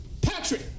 Patrick